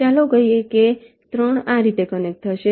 ચાલો કહીએ કે 3 આ રીતે કનેક્ટ થશે